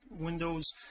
Windows